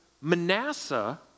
Manasseh